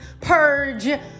purge